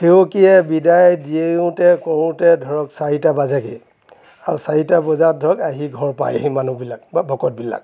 সেৱকীয়ে বিদায় দিওতে কৰোঁতে ধৰক চাৰিটা বাজেগৈয়ে আৰু চাৰিটা বজাত ধৰক আহি ঘৰ পাইহি মানুহবিলাক বা ভকতবিলাক